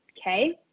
Okay